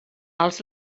als